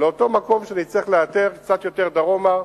לאותו מקום שנצטרך לאתר, קצת יותר דרומה,